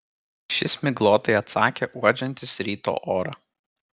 šis miglotai atsakė uodžiantis ryto orą